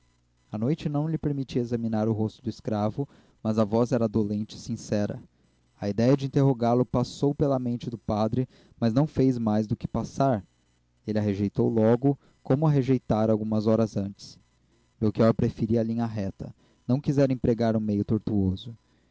a noite não lhe permitia examinar o rosto do escravo mas a voz era dolente e sincera a idéia de interrogá-lo passou pela mente do padre mas não fez mais do que passar ele a rejeitou logo como a rejeitara algumas horas antes melchior preferia a linha reta não quisera empregar um meio tortuoso